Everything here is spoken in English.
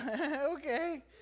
okay